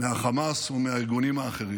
מהחמאס או מהארגונים האחרים,